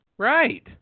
Right